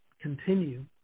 continue